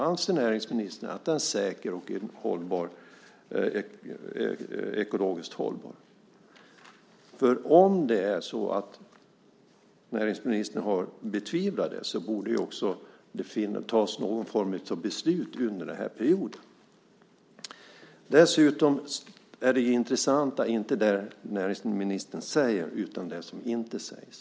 Anser näringsministern att den är säker och ekologiskt hållbar? Om det är så att näringsministern betvivlar det borde det fattas något beslut under den här mandatperioden. Dessutom är det intressanta inte det näringsministern säger, utan det som inte sägs.